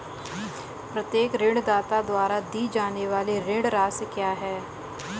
प्रत्येक ऋणदाता द्वारा दी जाने वाली ऋण राशि क्या है?